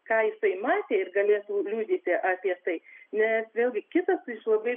ką jisai matė ir galėtų liudyti apie tai nes vėlgi kitas iš labai